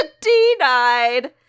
Denied